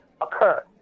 occur